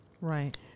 Right